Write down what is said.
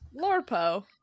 Lorpo